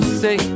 say